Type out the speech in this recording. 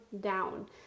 down